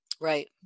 right